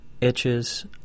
itches